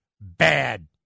bad